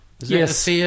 Yes